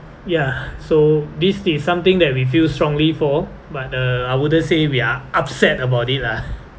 ya so this is something that we feel strongly for but uh I wouldn't say we are upset about it lah